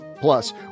Plus